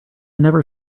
never